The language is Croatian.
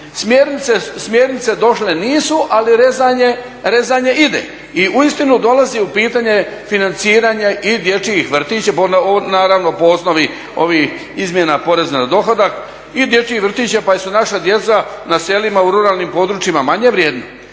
Smjernice došle nisu, ali rezanje ide i uistinu dolazi u pitanje financiranje i dječjih vrtića, naravno po osnovi ovih izmjena poreza na dohodak, i dječji vrtića pa jel' su naša djeca na selima u ruralnim područjima manje vrijedna?